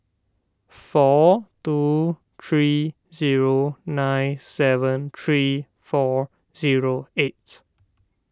four two three zero nine seven three four zero eight